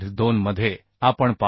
2 मध्ये आपण पाहू